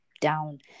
down